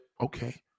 okay